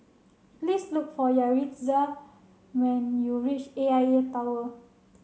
please look for Yaritza when you reach A I A Tower